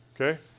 okay